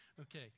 Okay